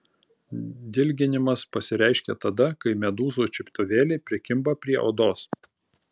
dilginimas pasireiškia tada kai medūzų čiuptuvėliai prikimba prie odos